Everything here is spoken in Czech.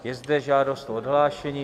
Je zde žádost o odhlášení.